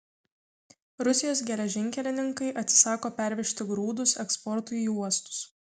rusijos geležinkelininkai atsisako pervežti grūdus eksportui į uostus